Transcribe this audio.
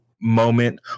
moment